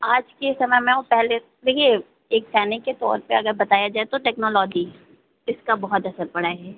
आज के समय में और पहले देखिए एक सैनिक के तौर पर अगर बताया जाए तो टेक्नोलॉजी इसका बहुत असर पड़ा हे